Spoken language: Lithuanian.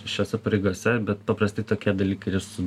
šiose pareigose bet paprastai tokie dalykai ir su